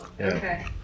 okay